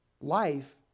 life